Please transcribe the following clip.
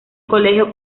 colegio